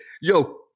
yo